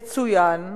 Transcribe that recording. יצוין,